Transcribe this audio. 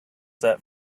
set